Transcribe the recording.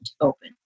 open